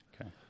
Okay